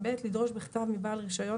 לדרוש בכתב מבעל רישיון,